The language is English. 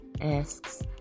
asks